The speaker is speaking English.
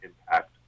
impact